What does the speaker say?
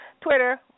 Twitter